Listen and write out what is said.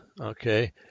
okay